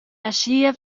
aschia